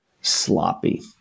sloppy